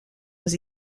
was